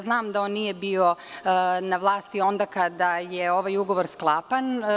Znam da on nije bio na vlasti onda kada je ovaj ugovor sklapan.